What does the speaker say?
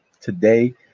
Today